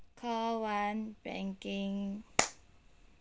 call one banking